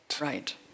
Right